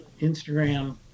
instagram